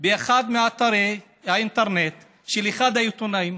באחד מאתרי האינטרנט של אחד העיתונים,